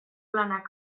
lanak